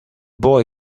boy